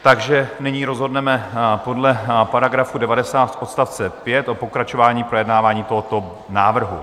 Takže nyní rozhodneme podle § 90 odstavce 5 o pokračování projednávání tohoto návrhu.